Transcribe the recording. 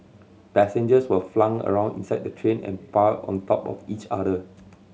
passengers were flung around inside the train and piled on top of each other